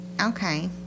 Okay